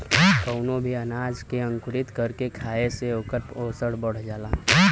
कवनो भी अनाज के अंकुरित कर के खाए से ओकर पोषण बढ़ जाला